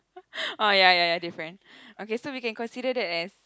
oh ya ya ya different okay so we can consider that as